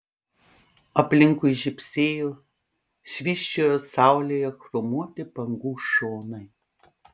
aplinkui žybsėjo švysčiojo saulėje chromuoti bangų šonai